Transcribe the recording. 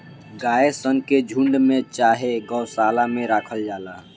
गाय सन के झुण्ड में चाहे गौशाला में राखल जाला